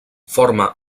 forma